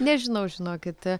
nežinau žinokite